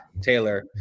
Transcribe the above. Taylor